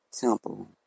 temple